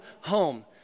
home